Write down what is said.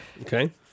Okay